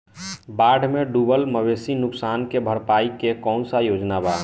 बाढ़ में डुबल मवेशी नुकसान के भरपाई के कौनो योजना वा?